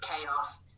chaos